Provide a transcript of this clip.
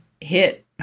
hit